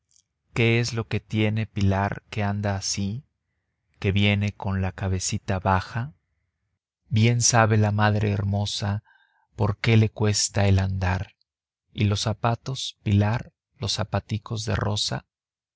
qué es lo que tiene pilar que anda así que viene con la cabecita baja bien sabe la madre hermosa por qué le cuesta el andar y los zapatos pilar los zapaticos de rosa